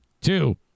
Two